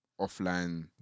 offline